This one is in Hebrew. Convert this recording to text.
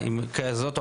עם כללית.